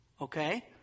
Okay